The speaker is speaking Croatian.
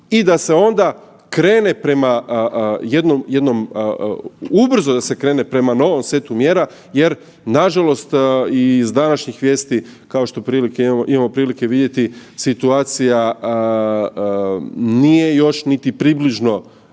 da se onda krene prema jednom, jednom ubrzo da se krene prema novom setu mjera jer nažalost iz današnjih vijesti kao što prilike, imamo prilike vidjeti situacija nije još niti približno